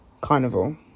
carnival